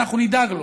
נדאג לו,